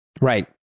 Right